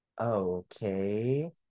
Okay